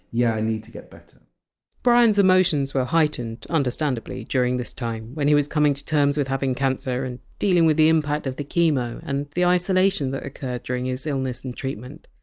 yeah i need to get better! plus brian! s emotions were heightened, understandably, during this time, when he was coming to terms with having cancer and dealing with the impact of the chemo, and the isolation that occurred during his illness and treatment.